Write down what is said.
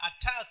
attack